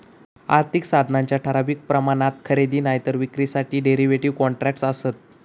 आर्थिक साधनांच्या ठराविक प्रमाणात खरेदी नायतर विक्रीसाठी डेरीव्हेटिव कॉन्ट्रॅक्टस् आसत